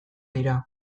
dira